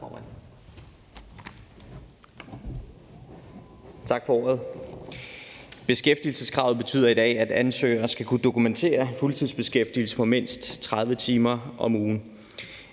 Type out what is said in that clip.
Tak for ordet. Beskæftigelseskravet betyder i dag, at ansatte skal kunne dokumentere fuldtidsbeskæftigelse på mindst 30 timer om ugen.